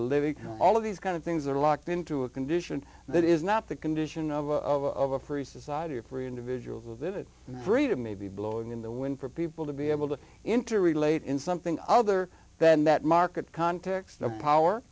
living all of these kind of things are locked into a condition that is not the condition of a free society or free individuals within it and the freedom may be blowing in the wind for people to be able to interrelate in something other than that market context of power